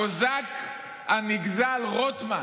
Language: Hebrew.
הקוזק הנגזל רוטמן.